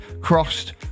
crossed